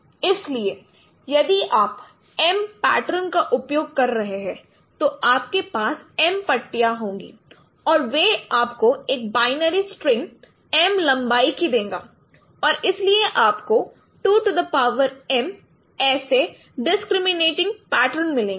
इसलिए यदि आप एम पैटर्न का उपयोग कर रहे हैं तो आपके पास एम पट्टियाँ होंगी और वह आपको एक बाइनरी स्ट्रिंग m लंबाई की देगा और इसलिए आपको 2m ऐसे डिस्क्रिमिनेटिंग पैटर्न मिलेंगे